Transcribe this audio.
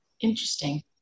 Interesting